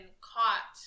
caught